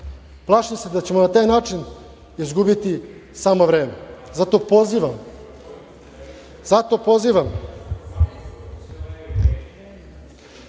Plašim se da ćemo na taj način izgubiti samo vreme. Završavam, zato pozivam